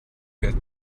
get